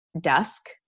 dusk